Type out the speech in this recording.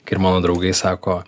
kai ir mano draugai sako